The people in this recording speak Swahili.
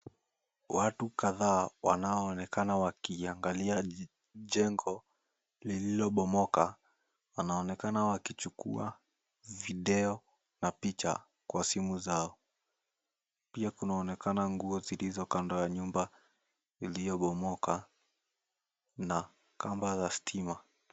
Watu kadhaa wanaoonekana wakiangalia jengo lililobomoka wanaonekana wakichukua video na picha kwa simu zao. Pia kunaonekana nguo zilizo kando ya nyumba iliyobomoka na kamba za stima.